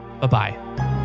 Bye-bye